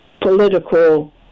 political